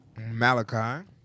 Malachi